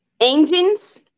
engines